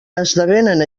esdevenen